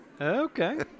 Okay